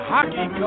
Hockey